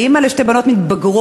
אני אימא לשתי בנות מתבגרות.